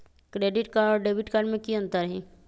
Credit card और debit card में की अंतर हई?